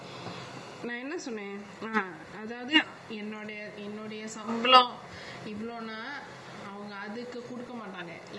நான் என்ன சொன்னே அதாவது என்னோட என்னுடைய சம்பளம் இவ்ளோனா அவங்க அதுக்கு குடுக்க மாட்டாங்க:naan enna sonne athaavathu ennoda ennudaiya sambalam ivlonaa avanga athuku kudukka maatanga like